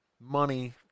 money